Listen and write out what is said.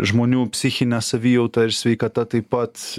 žmonių psichine savijauta ir sveikata taip pat